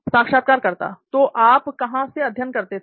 साक्षात्कारकर्ता तो आप कहां से अध्ययन करते थे